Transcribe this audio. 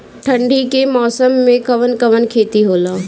ठंडी के मौसम में कवन कवन खेती होला?